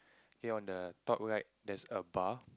okay on the top right there's a bar